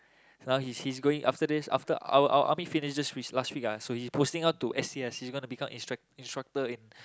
now he's he's going after this after our our our army finish this w~ last week so he's posting on to S_C_S he's gonna become instruc~ instructor in